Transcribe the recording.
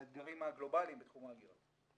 לאתגרים הגלובליים בתחום ההגירה.